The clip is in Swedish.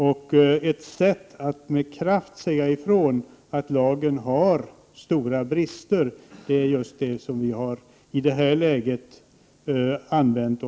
Och ett sätt att med kraft säga ifrån att lagen har stora brister är just vad vi i det här läget har använt.